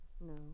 No